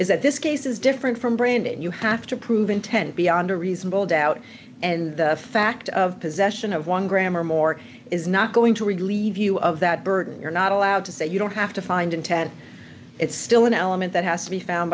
is that this case is different from branding you have to prove intent beyond a reasonable doubt and the fact of possession of one gram or more is not going to relieve you of that burden you're not allowed to say you don't have to find intent it's still an element that has to be found